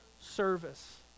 service